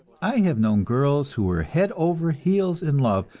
i have known girls who were head over heels in love,